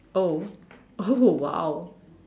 oh oh !wow!